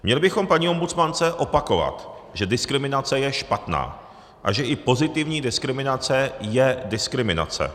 Měli bychom paní ombudsmance opakovat, že diskriminace je špatná a že i pozitivní diskriminace je diskriminace.